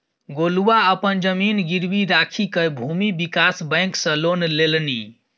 गोलुआ अपन जमीन गिरवी राखिकए भूमि विकास बैंक सँ लोन लेलनि